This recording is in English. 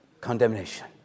condemnation